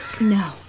No